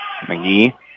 McGee